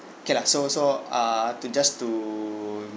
okay lah so so err to just to